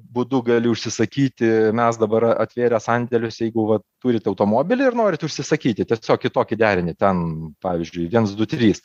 būdu gali užsisakyti mes dabar atvėrę sandėlius jeigu vat turit automobilį ir norit užsisakyti tiesiog kitokį derinį ten pavyzdžiui viens du trys